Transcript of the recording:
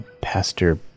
Pastor